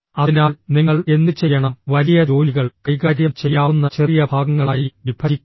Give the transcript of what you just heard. അതിനാൽ നിങ്ങൾ എന്തുചെയ്യണം വലിയ ജോലികൾ കൈകാര്യം ചെയ്യാവുന്ന ചെറിയ ഭാഗങ്ങളായി വിഭജിക്കണം